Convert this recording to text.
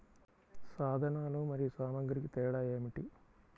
సాధనాలు మరియు సామాగ్రికి తేడా ఏమిటి?